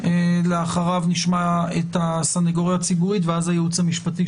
לאחריו נשמע את הסנגוריה הציבורית ואז הייעוץ המשפטי